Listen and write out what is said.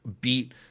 beat